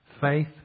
faith